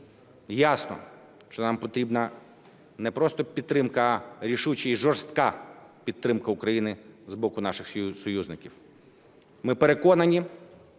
Ясно, що нам потрібна не просто підтримка, рішуча і жорстка підтримка України з боку наших союзників, ми переконані,